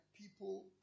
people